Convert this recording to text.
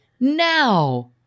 now